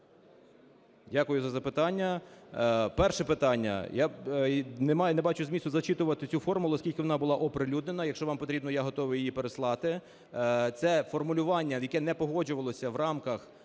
Дякую за запитання. Перше питання. Не бачу змісту зачитувати цю формулу, оскільки вона була оприлюднена. Якщо вам потрібно, я готовий її переслати. Це формулювання, яке не погоджувалося в рамках